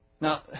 Now